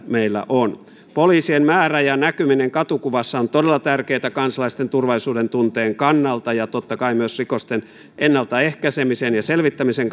meillä on poliisien määrä ja näkyminen katukuvassa on todella tärkeätä kansalaisten turvallisuudentunteen kannalta ja totta kai myös rikosten ennaltaehkäisemisen ja selvittämisen